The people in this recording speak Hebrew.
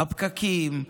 הפקקים,